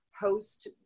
host